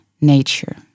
nature